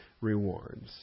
rewards